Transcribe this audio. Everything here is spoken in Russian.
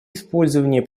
использовании